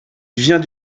vient